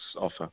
offer